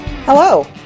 Hello